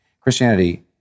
Christianity